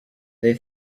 they